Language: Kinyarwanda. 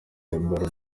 ebola